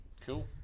Cool